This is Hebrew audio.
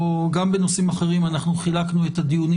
גם בנושאים אחרים אנחנו חילקנו את הדיונים